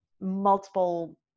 multiple